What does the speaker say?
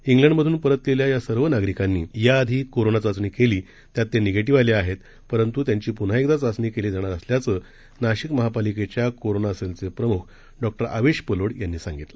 इंग्लडमध्नपरतलेल्यायासर्वनागरिकांनीयाआधीकोरोनाचाचणीकेलीत्याततेनिगेटिव्हआलेआ हेत परंत्त्यांचीप्न्हाएकदाचाचणीकेलीजाणारअसल्याचंनाशिकमहापालिकेच्याकोरोनासेलचेप्रम्ख डॉआवेशपलोडयांनीसांगितलं